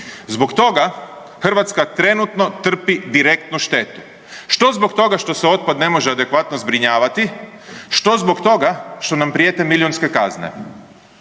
Zbog toga Hrvatska trenutno trpi direktnu štetu, što zbog toga što se otpad ne može adekvatno zbrinjavati, što zbog toga što nam prijete milijunske kazne.